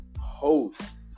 host